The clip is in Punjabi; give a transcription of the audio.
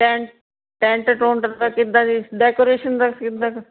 ਟੈਂ ਟੈਂਟ ਟੁਟ ਦਾ ਕਿੱਦਾਂ ਜੀ ਡੈਕੋਰੇਸ਼ਨ ਦਾ ਕਿੱਦਾਂ ਕੁ